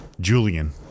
Julian